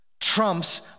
trumps